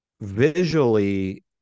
visually